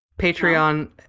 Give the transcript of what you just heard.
Patreon